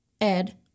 Ed